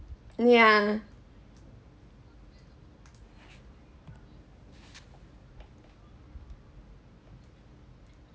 yeah